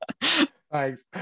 Thanks